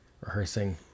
rehearsing